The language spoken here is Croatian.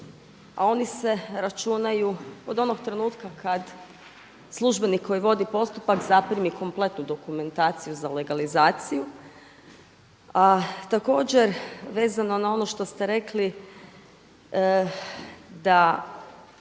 a oni se računaju od onog trenutka kada službenik koji vodi postupak zaprimi kompletnu dokumentaciju za legalizaciju. A također vezano na ono što ste rekli da